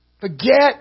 forget